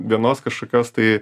vienos kažkokios tai